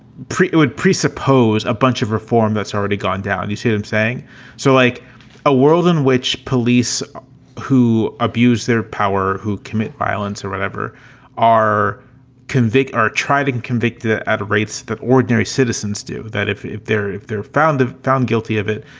it would presuppose a bunch of reform that's already gone down. you see him saying so like a world in which police who abused their power, who commit violence or whatever are convict, are tried and convicted at a rates that ordinary citizens do, that if if they're if they're found found guilty of it,